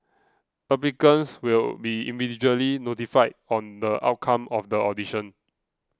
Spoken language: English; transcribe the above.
applicants will be individually notified on the outcome of the audition